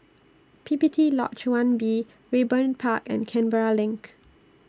P P T Lodge one B Raeburn Park and Canberra LINK